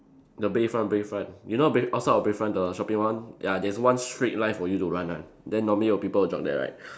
the Bayfront Bayfront you know Bay~ outside of Bayfront the shopping one ya there's one straight line for you to run one then normally will people jog there right